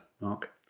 Mark